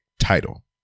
title